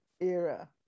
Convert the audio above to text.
era